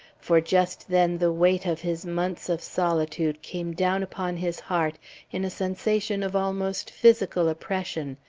for just then the weight of his months of solitude came down upon his heart in a sensation of almost physical oppression,